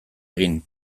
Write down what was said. egin